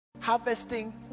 Harvesting